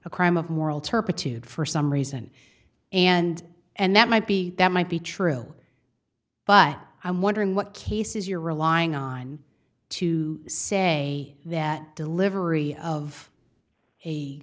a crime of moral turpitude for some reason and and that might be that might be true but i'm wondering what cases you're relying on to say that delivery of a